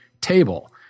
table